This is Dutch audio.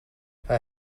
hij